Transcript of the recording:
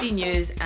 news